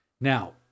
Now